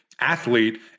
athlete